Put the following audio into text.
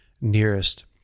nearest